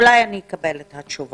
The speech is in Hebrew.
אולי אני אקבל את התשובות.